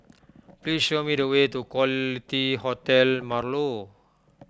please show me the way to Quality Hotel Marlow